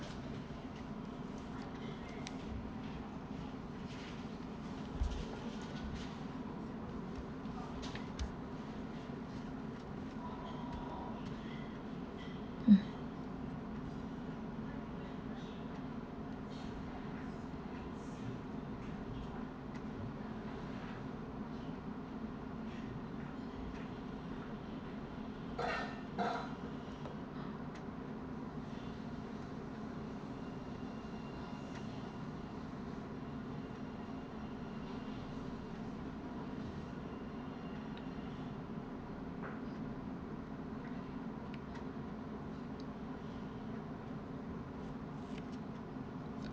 mm